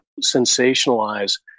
sensationalize